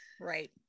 Right